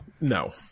No